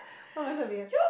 why must I be a